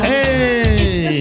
Hey